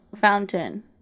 Fountain